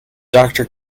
doctor